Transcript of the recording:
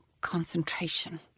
Concentration